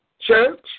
Church